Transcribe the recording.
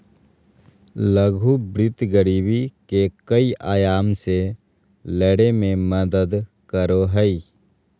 लघु वित्त गरीबी के कई आयाम से लड़य में मदद करो हइ